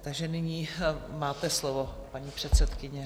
Takže nyní máte slovo, paní předsedkyně.